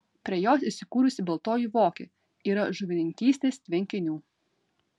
prie jos įsikūrusi baltoji vokė yra žuvininkystės tvenkinių